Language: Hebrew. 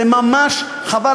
זה ממש חבל.